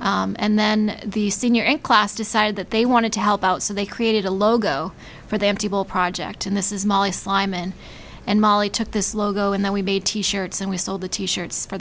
and then the senior class decided that they wanted to help out so they created a logo for them to project and this is molly sleiman and molly took this logo and then we made t shirts and we sold the t shirts for